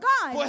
God